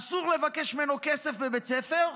אסור לבקש ממנו כסף בבית הספר,